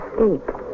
escape